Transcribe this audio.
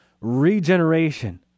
regeneration